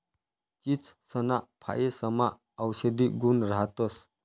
चीचसना फयेसमा औषधी गुण राहतंस